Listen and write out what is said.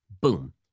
Boom